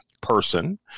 person